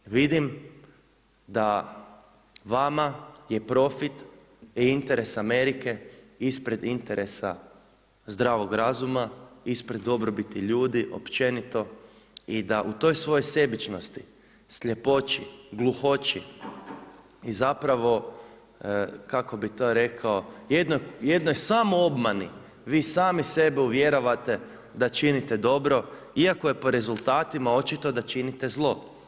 Vidim da vama je profit i interes Amerike ispred interesa zdravog razuma, ispred dobrobiti ljudi općenito i da u toj svojoj sebičnosti, sljepoći, gluhoći i kako bi to rekao, jednoj samoobmani, vi sami sebe uvjeravate da činite dobro iako je po rezultatima očito da činite zlo.